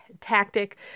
tactic